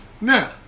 Now